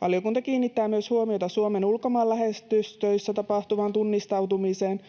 Valiokunta kiinnittää myös huomiota Suomen ulkomaan lähetystöissä tapahtuvaan tunnistautumiseen.